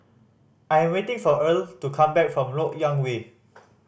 I'm waiting for Erle to come back from Lok Yang Way